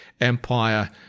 Empire